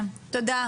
תודה.